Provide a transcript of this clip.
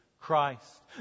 Christ